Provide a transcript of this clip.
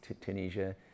Tunisia